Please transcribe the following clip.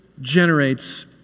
generates